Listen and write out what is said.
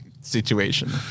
situation